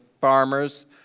farmers